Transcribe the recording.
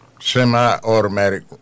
Semi-automatic